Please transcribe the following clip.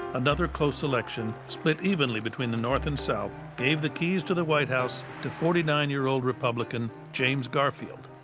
another close election, split evenly between the north and south, gave the keys to the white house to forty nine year old republican james garfield.